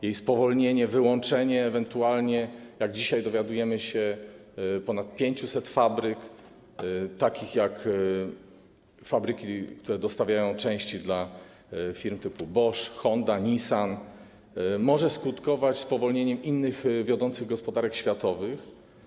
Jej spowolnienie, wyłączenie ewentualnie, jak dzisiaj dowiadujemy się, z produkcji ponad 500 fabryk, takich jak te, które dostarczają części dla firm typu Bosch, Honda, Nissan, może skutkować spowolnieniem innych wiodących gospodarek światowych.